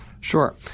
Sure